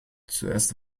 zuerst